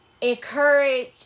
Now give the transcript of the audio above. encourage